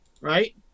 right